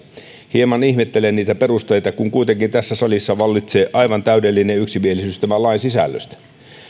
hieman ihmettelen niitä perusteita kun kuitenkin tässä salissa vallitsee aivan täydellinen yksimielisyys tämän lain sisällöstä